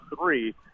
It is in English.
three